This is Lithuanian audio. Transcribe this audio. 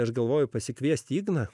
aš galvoju pasikviesti igną